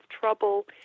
trouble